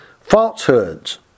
falsehoods